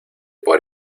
por